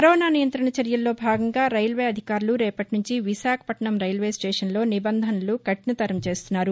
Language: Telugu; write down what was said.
కరోనా నియంత్రణ చర్యల్లో భాగంగా రైల్వే అధికారులు రేపటి నుంచి విశాఖపట్టణం రైల్వేస్టేషన్లో నిబంధనలు కఠినతరం చేస్తున్నారు